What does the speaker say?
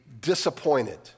disappointed